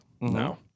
No